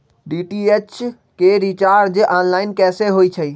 DTH के recharge online कैसे होईछई?